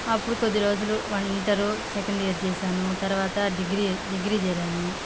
అప్పుడు కొద్దిరోజులు వంటరు సెకండ్ ఇయర్ చేశాను తర్వాత డిగ్రీ డిగ్రీ చేరాను